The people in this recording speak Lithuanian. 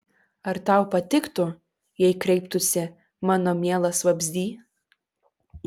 ar tau patiktų jei kreiptųsi mano mielas vabzdy